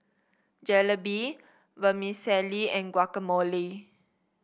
Jalebi Vermicelli and Guacamole